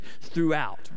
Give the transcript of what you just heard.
throughout